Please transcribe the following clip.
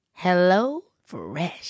HelloFresh